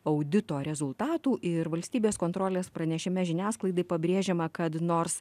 audito rezultatų ir valstybės kontrolės pranešime žiniasklaidai pabrėžiama kad nors